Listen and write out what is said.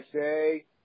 say